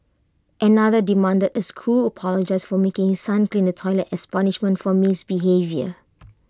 another demanded A school apologise for making his son clean the toilet as punishment for misbehaviour